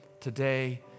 today